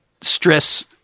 stress